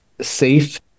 safe